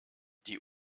die